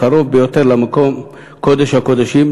הקרוב ביותר למקום קודש הקודשים,